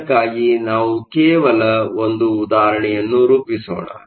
ಇದಕ್ಕಾಗಿ ನಾವು ಕೇವಲ ಒಂದು ಉದಾಹರಣೆಯನ್ನು ರೂಪಿಸೋಣ